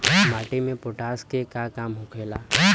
माटी में पोटाश के का काम होखेला?